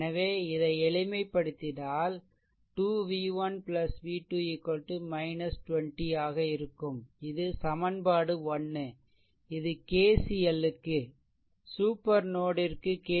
எனவே இதை எளிமைப்படுத்தினால் அது 2 v1 v2 20 ஆக இருக்கும் இது சமன்பாடு 1 இது KCL க்குசூப்பர் நோட்ற்கு கே